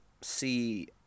see